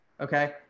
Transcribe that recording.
Okay